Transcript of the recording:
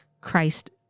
Christ